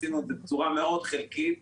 עשינו את זה בצורה חלקית מאוד.